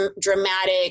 dramatic